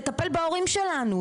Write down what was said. לטפל בהורים שלנו,